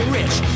rich